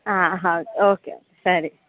ಹಾಂ ಹೌದು okay okay ಸರಿ